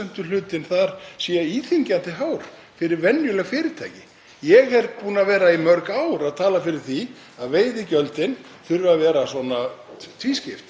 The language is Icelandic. varðar almennan hagnað, og þá ekki bara á sjávarútvegsfyrirtæki heldur líka önnur þau fyrirtæki sem hagnast verulega þegar vel gengur.